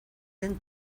den